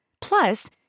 Plus